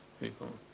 people